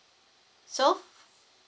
so